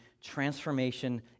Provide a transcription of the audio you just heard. transformation